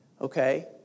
Okay